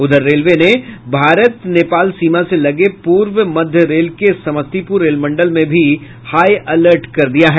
उधर रेलवे ने भारत नेपाल सीमा से लगे पूर्व मध्य रेल के समस्तीपुर रेल मंडल में भी हाई अलर्ट कर दिया है